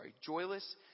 joyless